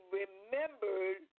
remembered